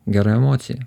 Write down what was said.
gera emocija